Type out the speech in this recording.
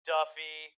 Duffy